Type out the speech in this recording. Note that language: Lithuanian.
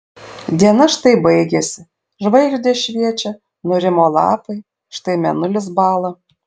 diena štai baigėsi žvaigždės šviečia nurimo lapai štai mėnulis bąla